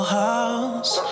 house